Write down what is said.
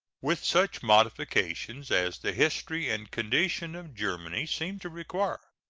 with such modifications as the history and condition of germany seem to require.